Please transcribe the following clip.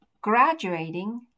Graduating